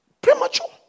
Premature